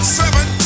seven